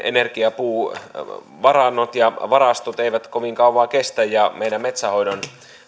energiapuuvarannot ja varastot eivät kovin kauaa kestä ja meidän metsänhoidon